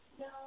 no